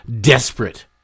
Desperate